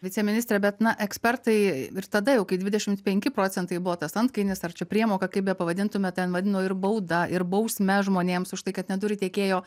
viceministre bet na ekspertai ir tada jau kai dvidešimt penki procentai buvo tas antkainis ar čia priemoka kaip bepavadintume ten vadino ir bauda ir bausme žmonėms už tai kad neturi tiekėjo